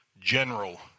general